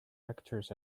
lectures